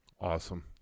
Awesome